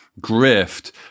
grift